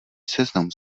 seznam